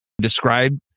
describe